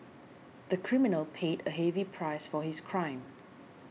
the criminal paid a heavy price for his crime